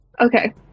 Okay